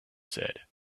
said